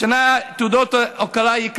השנה יקבלו תעודות הוקרה: